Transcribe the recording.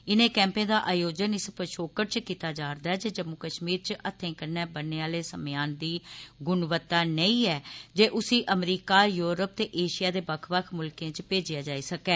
इनें कैम्पें दा आयोजन इस पछोकड़ च कीता जारदा ऐ जे जम्मू कश्मीर च हत्थें कन्नै बनने आले समेयानें दी गुणवत्ता नेऽही ऐ जे उसी अमरीका युरोप ते एशिया दे बक्ख बक्ख मुल्खें च भेजेआ जाई सकै